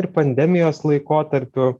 ir pandemijos laikotarpiu